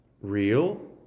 real